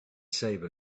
save